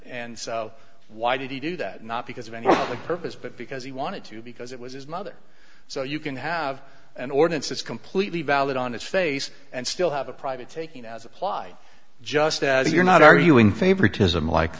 and so why did he do that not because of any purpose but because he wanted to because it was his mother so you can have an ordinance that's completely valid on its face and still have a private life just as you're not arguing favoritism like